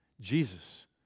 Jesus